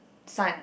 son